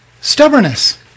stubbornness